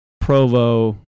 Provo